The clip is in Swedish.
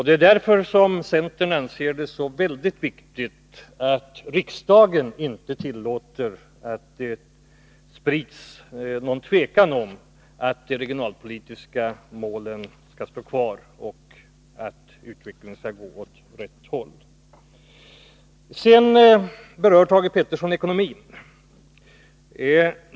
Det är därför som centern anser det vara så viktigt att riksdagen inte tillåter att det sprids något tvivel om att de regionalpolitiska målen skall stå kvar och att utvecklingen skall gå åt rätt håll. Sedan berör Thage Peterson ekonomin.